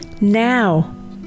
now